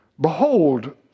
behold